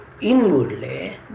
inwardly